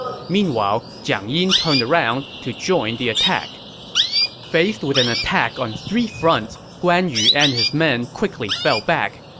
meanwhile, jiang yin turned around to join the attack faced with an attack on three fronts, guan yu and his men quickly fell back.